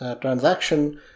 transaction